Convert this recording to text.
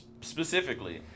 specifically